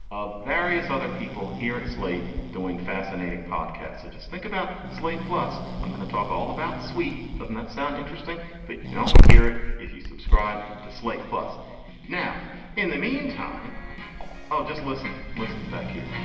of various other people here at slate doing fascinating podcast so just think about slate plus i'm going to talk all about sweet doesn't that sound interesting but you can only hear it if you subscribe to slate plus now in the meantime i'll just listen listen back here